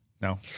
No